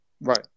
Right